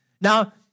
Now